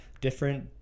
different